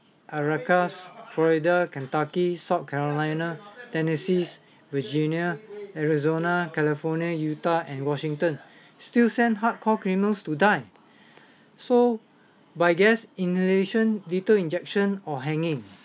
arkansas florida kentucky south carolina tennessee virginia arizona california utah and washington still send hardcore criminals to die so by gas inhalation lethal injection or hanging